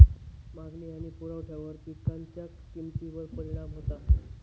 मागणी आणि पुरवठ्यावर पिकांच्या किमतीवर परिणाम होता